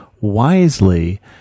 wisely